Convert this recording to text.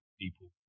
people